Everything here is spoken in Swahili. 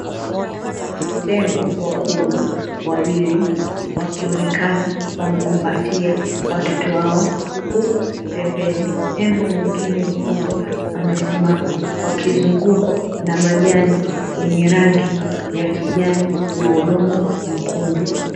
Tembo wakubwa wawili wakionekana wamekumbatia watoto wao, huku pembeni tembo mwingine mkubwa amesimama wakizungukwa na majani yenye rangi ya kijani na udongo mwekundu.